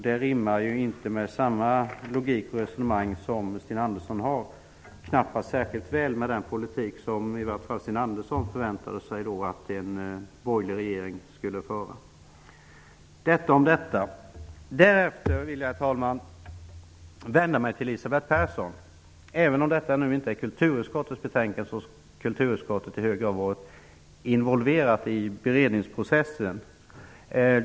Det rimmar knappast med den politik som i vart fall Sten Andersson i Malmö förväntar sig att en borgerlig regering skulle föra. Detta om detta. Herr talman! Jag vill nu vända mig till Elisabeth Persson. Även om detta inte gäller kulturutskottets betänkande har kulturutskottet i hög grad varit involverat i beredningsprocessen.